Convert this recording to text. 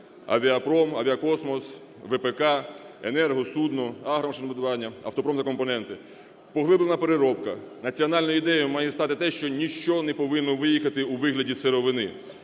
авіапром, авіакосмос, ВПК, енерго-, судно-, агромашинобудування, автопромні компоненти. Поглиблена переробка. Національною ідеєю має стати те, що ніщо не повинно виїхати у вигляді сировини.